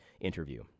interview